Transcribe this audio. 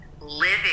living